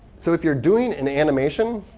so if you're doing an animation,